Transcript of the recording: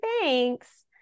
thanks